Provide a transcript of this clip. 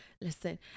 listen